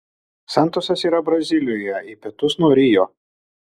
santosas yra brazilijoje į pietus nuo rio